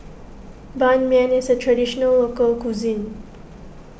Ban Mian is a Traditional Local Cuisine